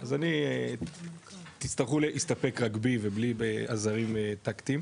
אז תצטרכו להסתפק רק בי ובלי עזרים טקטיים.